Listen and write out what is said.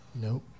Nope